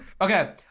Okay